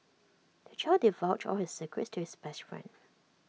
the child divulged all his secrets to his best friend